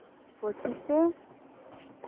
ᱯᱚᱸᱪᱤᱥᱮ